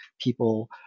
People